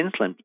insulin